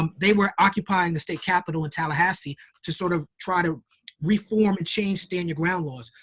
um they were occupying the state capitol in tallahassee to sort of try to reform and change stand your ground laws.